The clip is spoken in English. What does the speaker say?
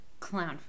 Clownfish